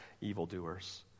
evildoers